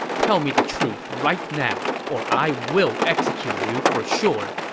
tell me the truth right now, or i will execute you for sure.